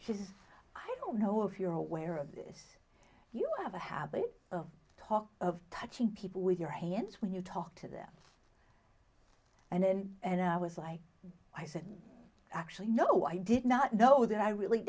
his i don't know if you're aware of this you have a habit of talk of touching people with your hands when you talk to them and then and i was like i said actually no i did not know that i really